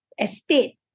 estate